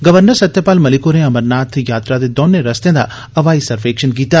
governor Satyapal Malik होरें अमरनाथ यात्रा दे दौने रस्ते दा हवाई सर्वेक्षण कीता